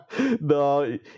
No